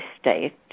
state